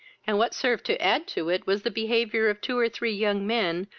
and what served to add to it was the behaviour of two or three young men,